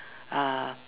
uh